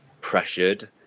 pressured